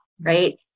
right